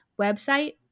website